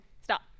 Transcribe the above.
Stop